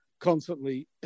constantly